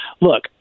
Look